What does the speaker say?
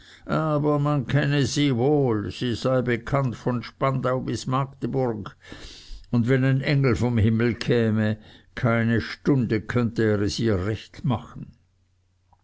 man kenne sie wohl sie sei bekannt von spandau bis magdeburg und wenn ein engel vom himmel käme keine stunde könnte er es ihr recht machen